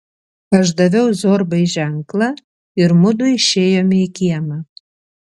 aš daviau zorbai ženklą ir mudu išėjome į kiemą